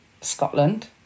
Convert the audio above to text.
Scotland